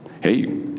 hey